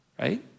right